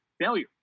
failure